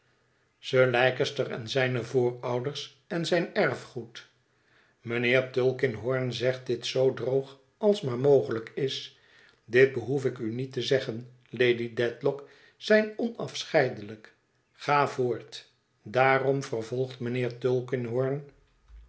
sir leicester en zijne voorouders en zijn erfgoed mijnheer tulkinghorn zegt dit zoo droog als maar mogelijk is dit behoef ik u niet te zeggen lady dediock zijn onafscheidelijk üa voort daarom vervolgt mijnheer